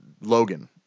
logan